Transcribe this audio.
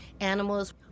animals